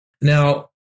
Now